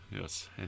Yes